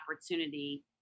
opportunity